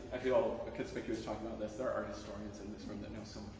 i feel a conspicuous talking about this, there are historians in this room that know so